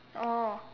oh